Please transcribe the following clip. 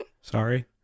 Sorry